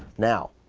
now,